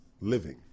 living